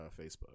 Facebook